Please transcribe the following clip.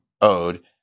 owed